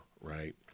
right